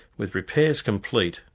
with repairs complete,